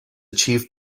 chief